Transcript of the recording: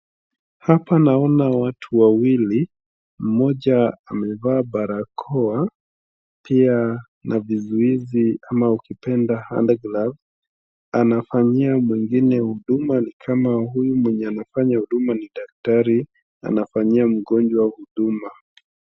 hapa naona watu wawili mmoja amevaa barakoa pia na vizuizi ama ukipenda hand gloves . Anafanyia mwingine huduma ni kama huyu mwenye anafanya huduma ni daktari anafanyia mgonjwa huduma.